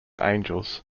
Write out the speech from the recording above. angels